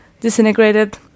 disintegrated